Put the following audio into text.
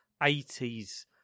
80s